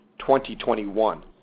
2021